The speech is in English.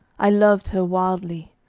i loved her wildly.